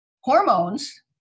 Hormones